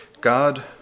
God